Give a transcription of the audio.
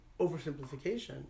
oversimplification